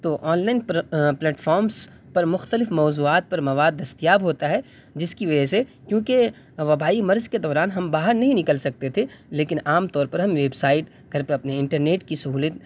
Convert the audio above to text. تو online platforms پر مختلف موضوعات پر مواد دستیاب ہوتا ہے جس کی وجہ سے کیوںکہ وبائی مرض کے دوران ہم باہر نہیں نکل سکتے تھے لیکن عام طور پر ہم ویبسائٹ گھر پہ اپنے انٹرنیٹ کی سہولت